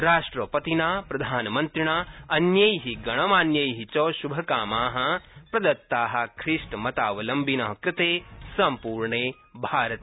राष्ट्रपतिना प्रधानमन्त्रिणा अन्यै गणमान्यै च श्भकामाना प्रदत्ता ख्रीष्टमतावलम्बिन कृते सम्पूर्णे भारते